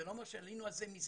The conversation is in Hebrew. זה לא אומר שעלינו על זה מזמן.